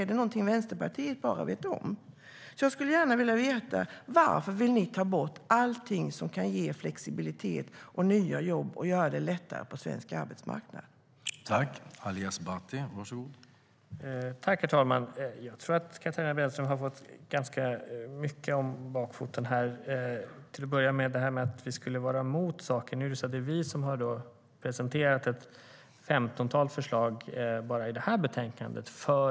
Är det något som bara Vänsterpartiet vet om?